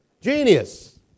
Genius